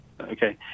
okay